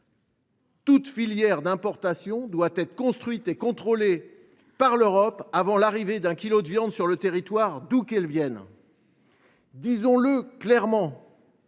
Toute filière d’importation doit être construite et contrôlée par l’Europe avant l’arrivée d’un kilo de viande sur le territoire, d’où qu’elle vienne. Disons le clairement